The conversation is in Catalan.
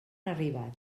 arribat